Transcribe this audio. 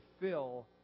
fill